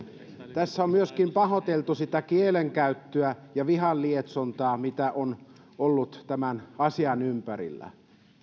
tässä on myöskin pahoiteltu sitä kielenkäyttöä ja vihan lietsontaa mitä on ollut tämän asian ympärillä